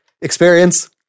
experience